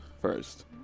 first